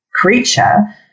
creature